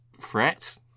threat